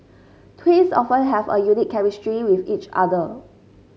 twins often have a unique chemistry with each other